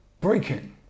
breaking